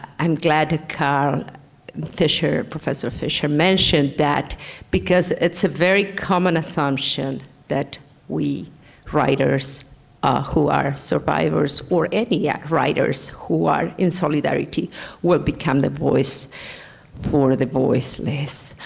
i'm glad that carl fisher, professor fisher mentioned that because it's a very common assumption that we writers who are survivors or any yeah writers who are in solidarity will become the voice for the voiceless.